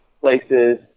places